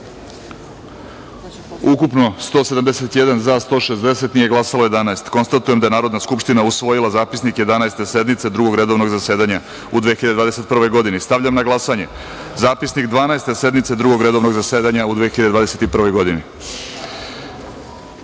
ukupno – 171, za – 160, nije glasalo – 11.Konstatujem da je Narodna skupština usvojila Zapisnik Jedanaeste sednice Drugog redovnog zasedanja u 2021. godini. Stavljam na glasanje Zapisnik Dvanaeste sednice Drugog redovnog zasedanja u 2021.